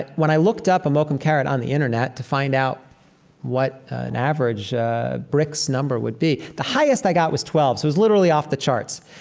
when i looked up a mokum carrot on the internet to find out what an average brix number would be, the highest i got was twelve, so it was literally off the charts.